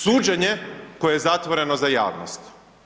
Suđenje koje je zatvoreno za javnost.